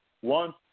One